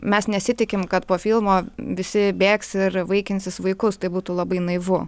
mes nesitikim kad po filmo visi bėgs ir vaikinsis vaikus tai būtų labai naivu